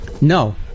No